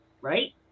right